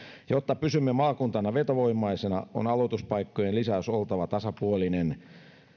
jotta pysymme maakuntana vetovoimaisena on aloituspaikkojen lisäys oltava tasapuolinen